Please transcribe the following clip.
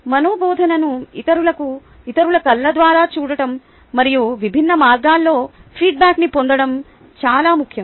మన బోధను ఇతరుల కళ్ళ ద్వారా చూడటం మరియు విభిన్న మార్గాల్లో ఫీడ్బ్యాక్న్ని పొందడం చాలా ముఖ్యం